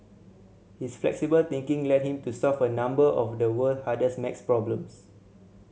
his flexible thinking led him to solve a number of the world hardest maths problems